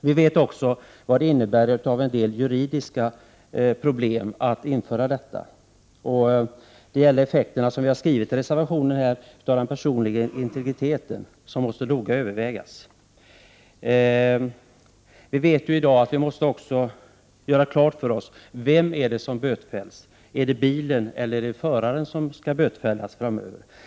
Vi vet att det innebär en del juridiska problem att införa automatisk trafikövervakning. Som vi skriver i reservationen bör effekten för den personliga integriteten noga övervägas. Vi vet i dag att vi måste göra klart för oss vem det är som bötfälls: är det bilen eller föraren som skall bötfällas framöver?